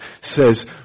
says